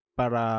para